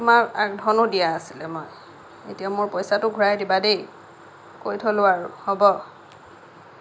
তোমাক আগধনো দিয়া আছিলে মই এতিয়া মোৰ পইচাটো ঘূৰাই দিবা দেই কৈ থ'লো আৰু হ'ব